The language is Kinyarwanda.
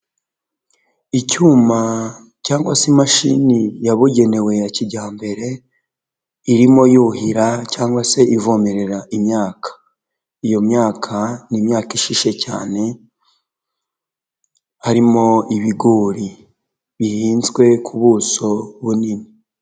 Icyuma cyangwa se imashini yabugenewe ya kijyambere, irimo yuhira cyangwa se ivomerera imyaka. Iyo myaka ni imyaka ishishe cyane, harimo ibigori bihinzwe ku buso bunini.